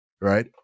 right